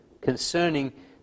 concerning